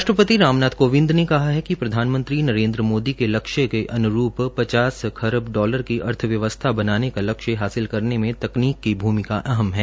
राष्ट्रपति रामनाथ कोविंद ने कहा है कि प्रधानमंत्री नरेन्द्र मोदी के लक्ष्यों के अनुरूप पचास खरब डॉलर की अर्थव्यवस्था बनाने का लक्ष्य हासिल करने में तकनीक की भूमिका अहम है